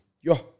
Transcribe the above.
Yo